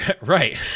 Right